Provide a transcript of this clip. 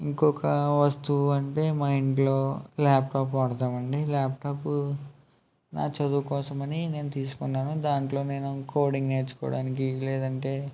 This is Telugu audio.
ఇంకొక వస్తువు అంటే మా ఇంట్లో ల్యాప్టాప్ వాడుతామండీ ల్యాప్టాపు నా చదువు కోసమని నేను తీసుకున్నాను దాంట్లో నేను కోడింగ్ నేర్చుకోవడానికి లేదంటే